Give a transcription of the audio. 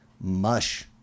mush